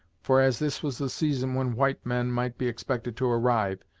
for, as this was the season when white men might be expected to arrive,